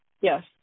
Yes